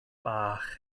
bach